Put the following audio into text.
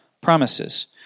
promises